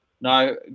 no